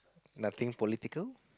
nothing political